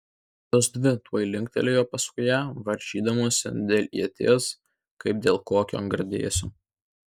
kitos dvi tuoj liuoktelėjo paskui ją varžydamosi dėl ieties kaip dėl kokio gardėsio